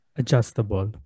adjustable